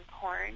porn